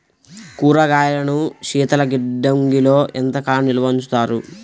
కూరగాయలను శీతలగిడ్డంగిలో ఎంత కాలం నిల్వ ఉంచుతారు?